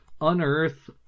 unearth